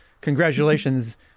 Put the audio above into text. Congratulations